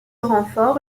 renfort